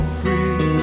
free